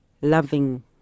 loving